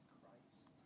Christ